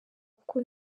kuko